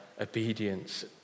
obedience